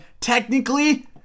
technically